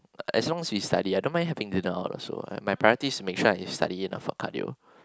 as long as we study I don't mind having dinner out also my priority is to make sure I study enough for cardio